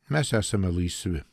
mes esame laisvi